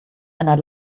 einer